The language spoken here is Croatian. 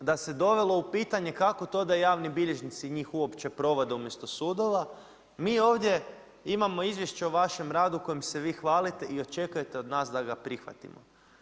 I da se dovelo u pitanje, kako to da javni bilježnici njih uopće provode umjesto sudova, mi ovdje imamo izvještaj o vašem radu, u kojem se vi hvalite i očekujete od nas da ga prihvatimo.